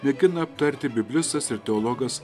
mėgina aptarti biblistas ir teologas